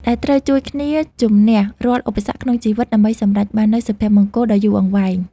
ដែលត្រូវជួយគ្នាជម្នះរាល់ឧបសគ្គក្នុងជីវិតដើម្បីសម្រេចបាននូវសុភមង្គលដ៏យូរអង្វែង។